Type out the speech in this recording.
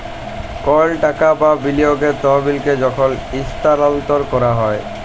call টাকা বা বিলিয়গের তহবিলকে যখল ইস্থালাল্তর ক্যরা হ্যয়